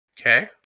okay